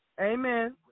Amen